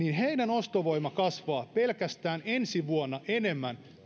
ostovoima kasvaa pelkästään ensi vuonna enemmän